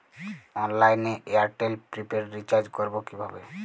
অনলাইনে এয়ারটেলে prepaid recharge করবো কিভাবে?